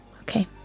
Okay